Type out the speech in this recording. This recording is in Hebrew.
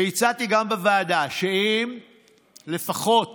הצעתי גם בוועדה שאם לפחות